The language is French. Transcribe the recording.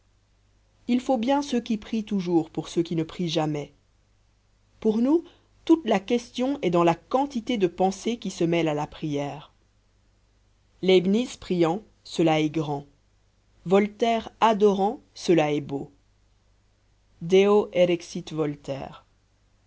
il faut bien ceux qui prient toujours pour ceux qui ne prient jamais pour nous toute la question est dans la quantité de pensée qui se mêle à la prière leibniz priant cela est grand voltaire adorant cela est beau deo erexit voltaire